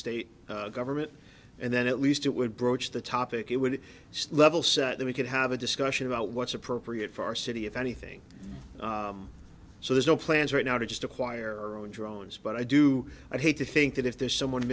state government and then at least it would broach the topic it would level so that we could have a discussion about what's appropriate for our city if anything so there's no plans right now to just acquire on drones but i do i hate to think that if there's someone